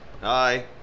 Hi